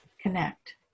connect